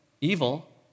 evil